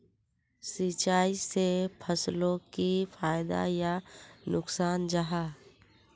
सिंचाई से फसलोक की फायदा या नुकसान जाहा?